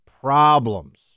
problems